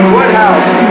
Woodhouse